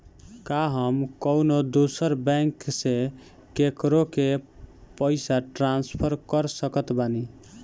का हम कउनों दूसर बैंक से केकरों के पइसा ट्रांसफर कर सकत बानी?